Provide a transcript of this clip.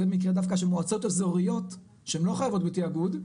זה מקרה שמועצות אזוריות שהם לא חייבות בתאגוד,